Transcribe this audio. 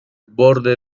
borde